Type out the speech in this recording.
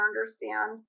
understand